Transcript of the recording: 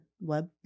Web